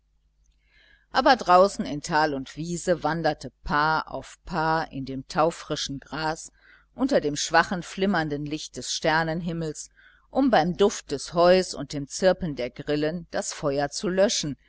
aber draußen in tal und wiese wanderte paar auf paar in dem taufrischen gras unter dem schwachen flimmernden licht des sternenhimmels um beim duft des heus und dem zirpen der grillen das feuer zu löschen